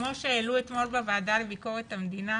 כמו שעלה אתמול בוועדה לביקורת המדינה